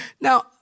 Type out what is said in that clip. Now